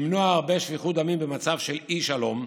למנוע הרבה שפיכות דמים במצב של אי-שלום,